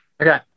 Okay